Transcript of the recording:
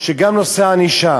גם בנושא הענישה